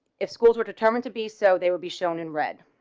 if schools were determined to be so, they will be shown in red